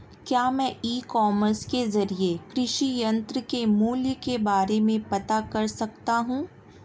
क्या मैं e commerce के ज़रिए कृषि यंत्र के मूल्य के बारे में पता कर सकता हूँ?